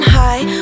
high